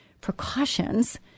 precautions